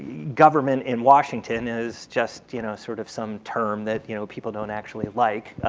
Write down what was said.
government in washington is just you know sort of some term that you know people don't actually like